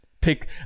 pick